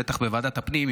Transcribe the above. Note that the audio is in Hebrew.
בטח בוועדת הפנים,